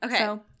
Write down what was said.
Okay